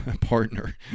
partner